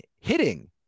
hitting